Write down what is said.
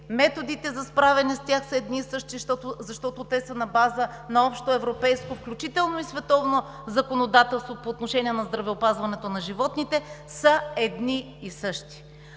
методите за справяне с тях са едни и същи, защото те са на база на общоевропейско, включително и световно законодателство по отношение на здравеопазването на животните и са едни и същи.